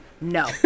no